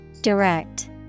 Direct